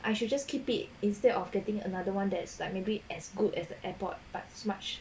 I should just keep it instead of getting another one that's like maybe as good as the airpod but much